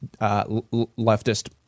leftist